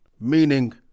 meaning